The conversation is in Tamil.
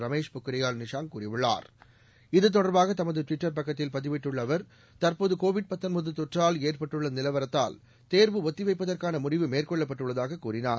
ரமேஷ் பொக்ரியால் நிஷாங்க் கூறியுள்ளார் இது தொடர்பாக தமது ட்விட்டர் பக்கத்தில் பதிவிட்டுள்ள அவர் தற்போது கோவிட் தொற்றால் ஏற்பட்டுள்ள நிலவரத்தால் தேர்வு ஒத்திவைப்பதற்கான முடிவு மேற்கொள்ளப்பட்டுள்ளதாக கூறினார்